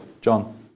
John